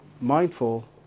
mindful